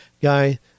guy